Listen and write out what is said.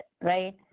right